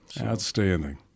outstanding